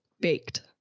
baked